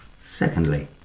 Secondly